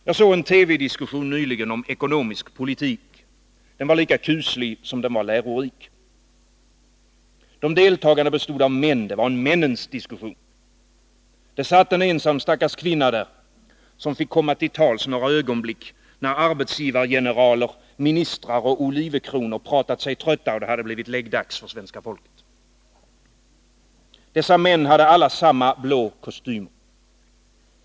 Jag såg en TV-diskussion nyligen om ekonomisk politik. Den var lika kuslig som lärorik. De deltagande bestod av män. Det var männens diskussion. Det satt en ensam stackars kvinna där, som fick komma till tals några ögonblick när arbetsgivargeneraler, ministrar och Olivecronor pratat sig trötta och det hade blivit läggdags för svenska folket. Dessa män hade alla samma blå kostymer.